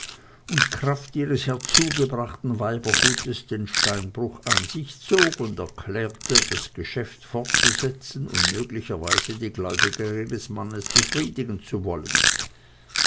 und kraft ihres herzugebrachten weibergutes den steinbruch an sich zog und erklärte das geschäft fortsetzen und möglicherweise die gläubiger ihres mannes befriedigen zu wollen